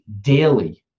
daily